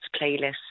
playlist